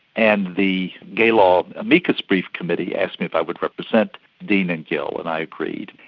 and the gaylaw amicus brief committee asked me if i would represent dean and gill and i agreed.